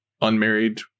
unmarried